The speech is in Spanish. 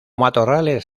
matorrales